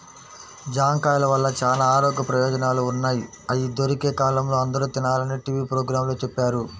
జాంకాయల వల్ల చానా ఆరోగ్య ప్రయోజనాలు ఉన్నయ్, అయ్యి దొరికే కాలంలో అందరూ తినాలని టీవీ పోగ్రాంలో చెప్పారు